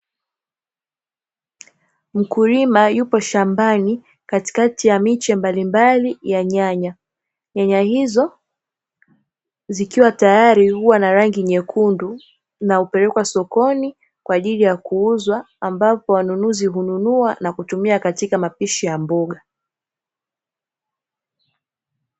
Mkulima yupo shambani, katikati ya miche mbalimbali ya nyanya, nyanya hizo zikiwa tayari huwa na rangi nyekundu na hupelekwa sokoni kwa ajili ya kuuzwa, ambapo wanunuzi hununua na kutumia katika mapishi ya mboga.